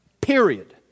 Period